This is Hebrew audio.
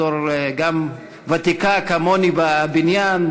בתור ותיקה כמוני בבניין,